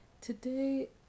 Today